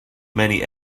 many